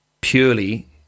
purely